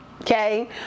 okay